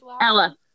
Ella